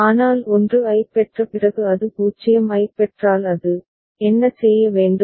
ஆனால் 1 ஐப் பெற்ற பிறகு அது 0 ஐப் பெற்றால் அது என்ன செய்ய வேண்டும்